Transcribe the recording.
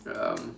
um